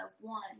one